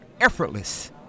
effortless